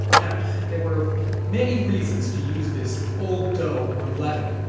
now, there were many reasons to use this old dough or leaven.